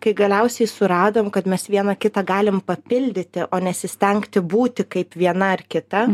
kai galiausiai suradom kad mes viena kitą galim papildyti o nesistengti būti kaip viena ar kita